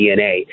DNA